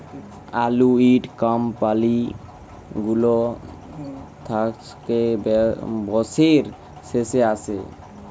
আলুইটি কমপালি গুলা থ্যাকে বসরের শেষে আসে